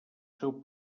seu